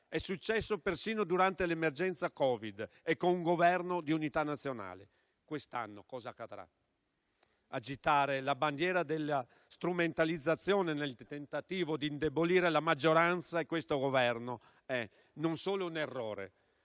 È successo persino durante l'emergenza Covid e con un Governo di unità nazionale. Quest'anno cosa accadrà? Agitare la bandiera della strumentalizzazione nel tentativo di indebolire la maggioranza e questo Governo non solo è un errore,